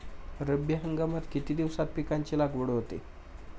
रब्बी हंगामात किती दिवसांत पिकांची लागवड होते?